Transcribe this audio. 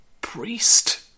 priest